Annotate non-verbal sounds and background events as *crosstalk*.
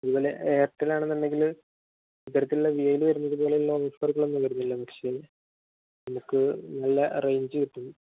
അതുപോലെ എയർടെൽ ആണെന്നുണ്ടെങ്കില് ഇത്തരത്തിലുള്ള വി ഐയില് വരുന്നതുപോലെയുള്ള ഓഫറുകളൊന്നും വരുന്നില്ല *unintelligible* നമുക്ക് നല്ല റേയ്ഞ്ച് കിട്ടും